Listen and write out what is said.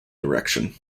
direction